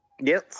Yes